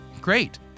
great